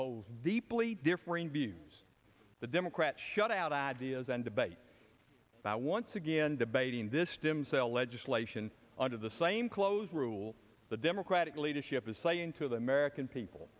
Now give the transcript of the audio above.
hold deeply differing views the democrats shut out ideas and debate once again debating this stem cell legislation under the same clothes rule the democratic leadership is saying to the american people